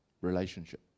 Relationship